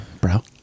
bro